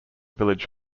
village